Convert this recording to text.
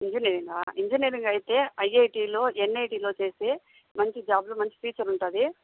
ఇంజినీరింగా engineering అయితే ఐఐటీలో ఎన్ఐటీలో వచ్చేసి మంచి జాబ్లు మంచి ఫ్యూచర్ ఉంటుంది